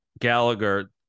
Gallagher